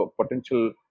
potential